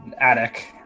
attic